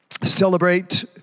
celebrate